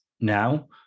now